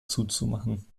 zuzumachen